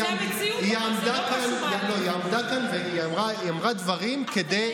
היא עמדה כאן ואמרה דברים כדי,